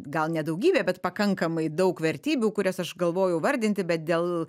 gal ne daugybė bet pakankamai daug vertybių kurias aš galvojau vardinti bet dėl